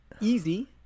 easy